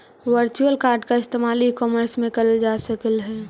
virtual card का इस्तेमाल e commerce में करल जा सकलई हे